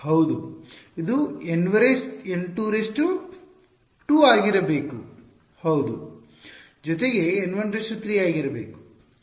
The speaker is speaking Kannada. ಹೌದು ಇದು N 2 2 ಆಗಿರಬೇಕು ಹೌದು ಜೊತೆಗೆ N13ಯಾಗಿರಬೇಕು